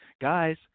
guys